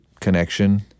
connection